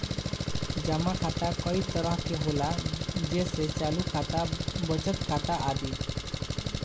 जमा खाता कई तरह के होला जेइसे चालु खाता, बचत खाता आदि